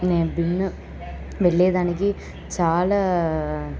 నేన్ బిన్న వెళ్ళేడానికి చాలా